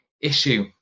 issue